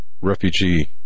refugee